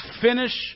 finish